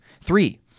three